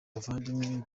bavandimwe